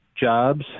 jobs